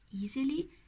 easily